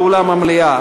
באולם המליאה,